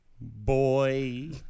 Boy